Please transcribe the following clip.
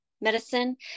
medicine